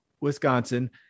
Wisconsin